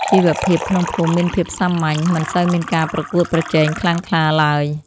ជីវភាពក្នុងភូមិមានភាពសាមញ្ញ មិនសូវមានការប្រកួតប្រជែងខ្លាំងក្លាឡើយ។